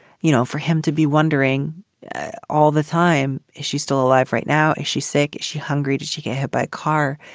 you know, for him to be wondering all the time, is she still alive right now? is she sick? she's hungry. did she get hit by a car?